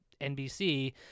NBC